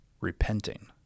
repenting